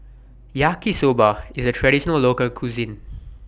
Yaki Soba IS A Traditional Local Cuisine